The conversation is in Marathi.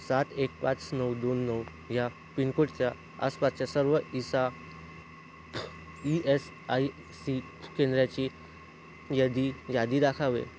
सात एक पाच नऊ दोन नऊ ह्या पिनकोडच्या आसपासच्या सर्व ईसा ई एस आय सी केंद्राची यादी यादी दाखावा